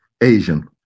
Asian